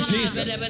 Jesus